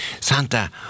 Santa